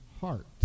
heart